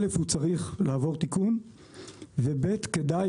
א' הוא צריך לעבור תיקון וב' כדאי,